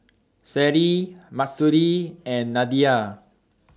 Seri Mahsuri and Nadia